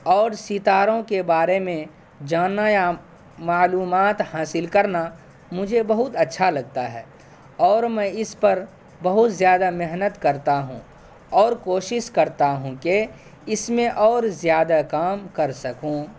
اور ستاروں کے بارے میں جاننا یا معلومات حاصل کرنا مجھے بہت اچھا لگتا ہے اور میں اس پر بہت زیادہ محنت کرتا ہوں اور کوشس کرتا ہوں کہ اس میں اور زیادہ کام کر سکوں